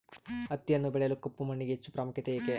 ಹತ್ತಿಯನ್ನು ಬೆಳೆಯಲು ಕಪ್ಪು ಮಣ್ಣಿಗೆ ಹೆಚ್ಚು ಪ್ರಾಮುಖ್ಯತೆ ಏಕೆ?